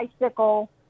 bicycle